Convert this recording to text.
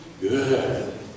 good